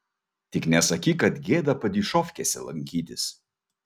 tik nesakyk kad gėda padyšofkėse lankytis